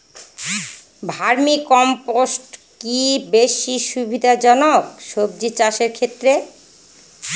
Vermi compost কি বেশী সুবিধা জনক সবজি চাষের ক্ষেত্রে?